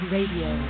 Radio